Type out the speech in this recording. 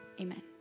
Amen